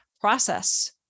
process